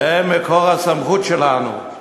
והם מקור הסמכות שלנו,